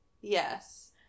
Yes